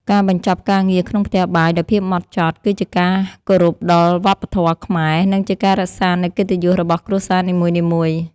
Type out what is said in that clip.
ការបញ្ចប់ការងារក្នុងផ្ទះបាយដោយភាពហ្មត់ចត់ គឺជាការគោរពដល់វប្បធម៌ខ្មែរ និងជាការរក្សានូវកិត្តិយសរបស់គ្រួសារនីមួយៗ។